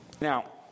Now